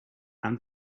and